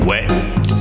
Wet